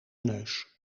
neus